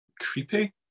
creepy